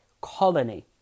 Colony